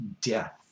death